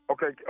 Okay